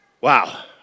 Wow